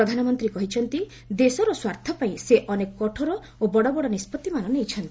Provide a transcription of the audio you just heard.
ପ୍ରଧାନମନ୍ତ୍ରୀ କହିଛନ୍ତି ଦେଶର ସ୍ୱାର୍ଥ ପାଇଁ ସେ ଅନେକ କଠୋର ଓ ବଡ ବଡ ନିଷ୍ପଭିମାନ ନେଇଛନ୍ତି